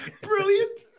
Brilliant